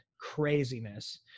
craziness